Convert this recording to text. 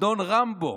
אדון רמבו.